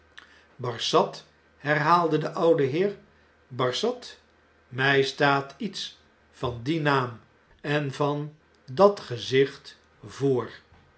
barsad herhaalde de oude heer barsad mij staat iets van dien naam en van dat gezicht voor